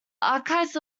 archives